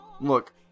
look